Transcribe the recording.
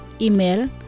Email